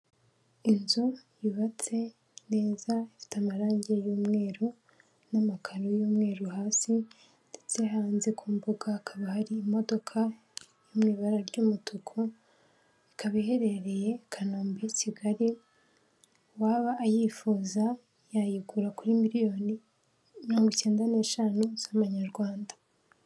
Inzu yubatse neza, ifite amarangi y'umweru n'amakaro y'umweru hasi ndetse hanze ku mbuga hakaba hari imodoka yo mu ibara ry'umutuku, ikaba iherereye i Kanombe Kigali, uwaba ayifuza yayigura kuri miliyoni mirongo icyenda n'eshanu z'amanyarwanda.